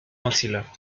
maxilar